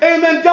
Amen